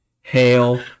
hail